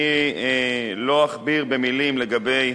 אני לא אכביר מלים לגבי